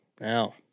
Now